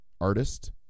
artist